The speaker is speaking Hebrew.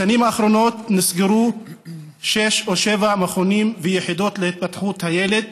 בשנים האחרונות נסגרו שישה או שבעה מכונים ויחידות להתפתחות הילד,